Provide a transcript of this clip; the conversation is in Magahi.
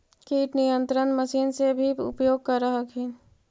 किट नियन्त्रण मशिन से भी उपयोग कर हखिन?